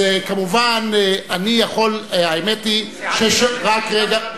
אז כמובן אני יכול, רק רגע.